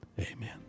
Amen